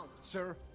sir